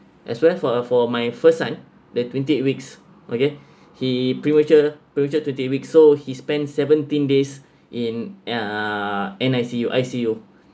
as well for uh for my first son the twenty weeks okay he premature premature twenty eight weeks so he spent seventeen days in uh N_I_C_U I_C_U